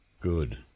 Good